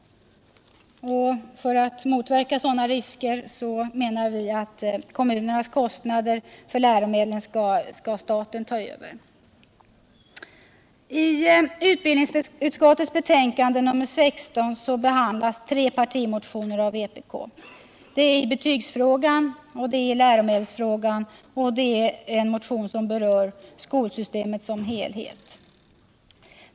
För att motverka sådana risker menar vi att staten skall ta över kommunernas kostnader för läromedlen. I utbildningsutskottets betänkande nr 16 behandlas tre partimotioner av vpk. Det är motioner i betygsfrågan, i läromedelsfrågan och en motion som berör skolsystemet som helhet.